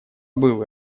был